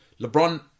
LeBron